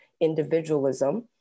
individualism